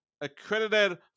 accredited